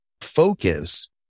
focus